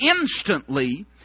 instantly